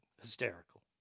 Hysterical